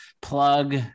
plug